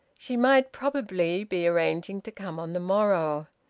she might probably be arranging to come on the morrow.